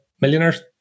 Millionaires